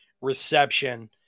reception